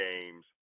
games